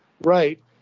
right